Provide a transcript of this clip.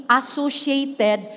associated